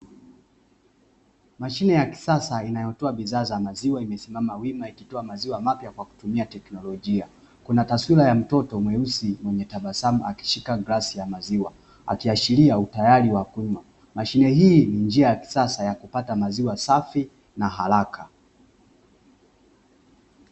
Mashine ya kisasa inayotoa bidhaa za maziwa imesimama wima ikitoa maziwa mapya kwa kutumia teknolojia. Kuna taswira ya mtoto mweusi mwenye tabasamu akishika glasi ya maziwa akiashiria utayari wa kunywa. Mashine hii ni njia ya kisasa ya kupata maziwa safi na haraka.